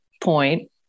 point